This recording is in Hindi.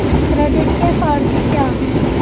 क्रेडिट के फॉर सी क्या हैं?